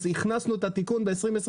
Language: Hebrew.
הכנסנו את התיקון ב-2022.